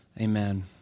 Amen